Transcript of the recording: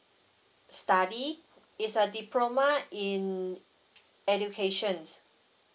study it's a diploma in education